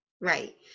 Right